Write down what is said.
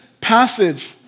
passage